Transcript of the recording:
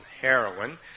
heroin